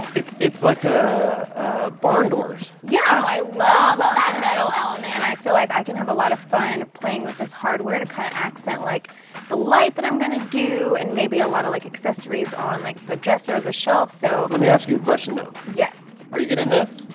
it's it's like a barn doors yeah! i love that metal element. and i feel like i can have a lot of fun playing with this hardware to kind of accent like the light that i'm gonna do and maybe a lot of like accessories on like the dresser of the shelf so let me ask you a question though. yes. are you getting this?